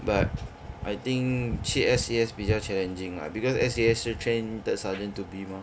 but I think 去 S_C_S 比较 challenging lah because S_C_S 是 train third sergeant to be mah